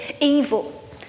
evil